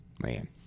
man